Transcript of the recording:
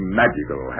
magical